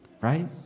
Right